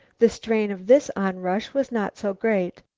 the strain of this onrush was not so great.